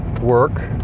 work